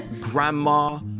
grandma!